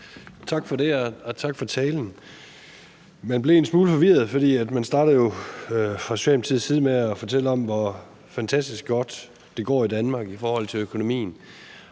Tak for det, og tak for talen. Jeg blev en smule forvirret, for man startede jo fra Socialdemokratiets side med at fortælle om, hvor fantastisk godt det går i Danmark i forhold til økonomien,